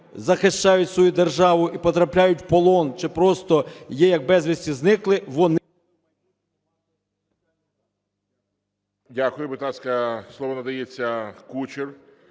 захищають свою державу і потрапляють у полон, чи просто є як безвісти зниклі, вони…